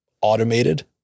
automated